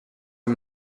and